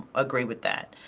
agree with that,